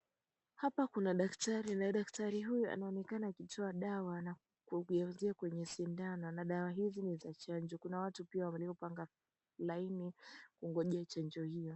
Hapa kuna daktari, na daktari huyu anaonekana akitoa dawa na kugeuzia kwenye sindano, na dawa hizi ni za chanjo, kuna watu pia waliopanga laini kungojea chanjo hoyo.